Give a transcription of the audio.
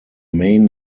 main